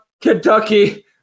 Kentucky